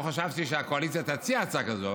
לא חשבתי שהקואליציה תציע הצעה כזו,